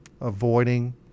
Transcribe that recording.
avoiding